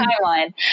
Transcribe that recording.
timeline